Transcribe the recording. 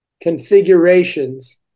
configurations